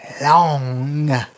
long